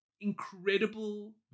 Incredible